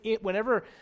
whenever